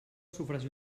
sufragi